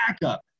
backup